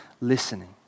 listening